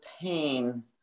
pain